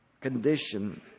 condition